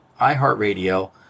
iHeartRadio